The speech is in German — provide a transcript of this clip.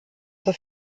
zur